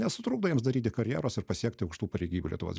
nesutrukdo jiems daryti karjeros ir pasiekti aukštų pareigybių lietuvos